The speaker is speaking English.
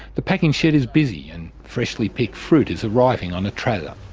the packing shed is busy, and freshly picked fruit is arriving on a trailer.